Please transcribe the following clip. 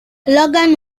logan